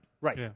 Right